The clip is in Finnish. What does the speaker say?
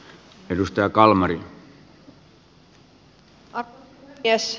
arvoisa puhemies